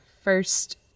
first